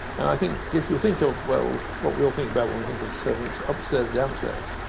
and i think if you think of well, what we all think about when we think of servants, upstairs downstairs,